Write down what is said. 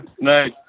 nice